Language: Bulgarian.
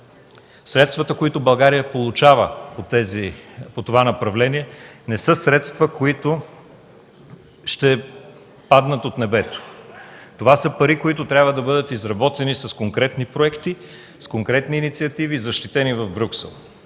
Средствата, които България получава по това направление, не са средства, които ще паднат от небето. Това са пари, които трябва да бъдат изработени с конкретни проекти, с конкретни инициативи и защитени в Брюксел.